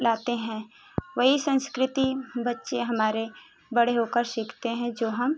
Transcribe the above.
लाते हैं वही संस्कृति बच्चे हमारे बड़े होकर सीखते हैं जो हम